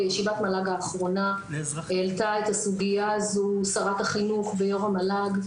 בישיבת מל"ג האחרונה העלתה את הסוגיה שרת החינוך ביום המל"ג.